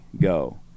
go